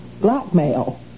blackmail